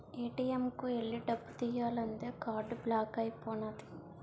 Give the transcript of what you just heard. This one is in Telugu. ఏ.టి.ఎం కు ఎల్లి డబ్బు తియ్యాలంతే కార్డు బ్లాక్ అయిపోనాది